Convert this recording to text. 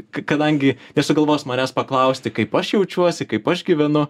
kadangi nesugalvos manęs paklausti kaip aš jaučiuosi kaip aš gyvenu